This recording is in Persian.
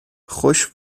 خوش